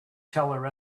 teller